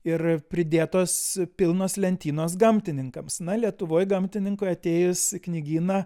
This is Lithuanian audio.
ir pridėtos pilnos lentynos gamtininkams na lietuvoj gamtininkui atėjus į knygyną